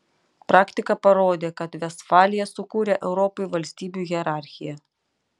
praktika parodė kad vestfalija sukūrė europai valstybių hierarchiją